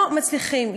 לא מצליחים.